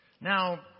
Now